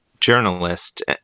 journalist